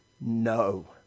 No